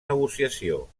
negociació